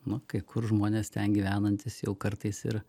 nu kai kur žmonės ten gyvenantys jau kartais ir